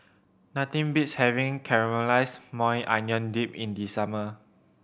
nothing beats having Caramelized Maui Onion Dip in the summer